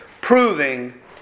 proving